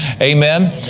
Amen